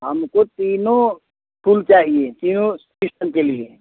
हमको तीनों फूल चाहिए तीनों सिस्टम के लिए